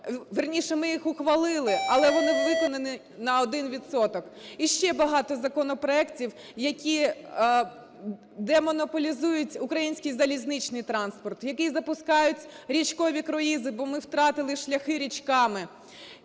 вірніше, ми їх ухвалили, але вони виконані на один відсоток. І ще багато законопроектів, які демонополізують український залізничний транспорт, які запускають річкові круїзи бо ми втратили шляхи річками,